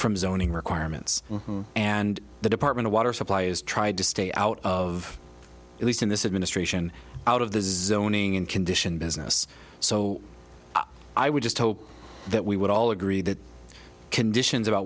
from zoning requirements and the department of water supply is tried to stay out of at least in this administration out of the zoning and condition business so i would just hope that we would all agree that conditions about